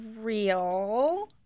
real